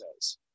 says